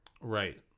Right